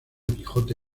quijote